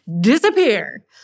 disappear